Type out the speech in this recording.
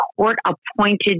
court-appointed